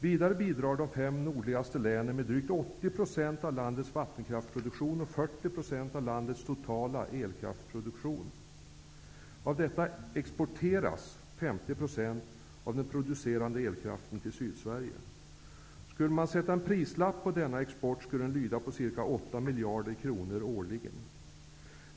Vidare bidrar de fem nordligaste länen med drygt Skulle man sätta en prislapp på denna export skulle den lyda på ca 8 miljarder kronor årligen.